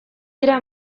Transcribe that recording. dira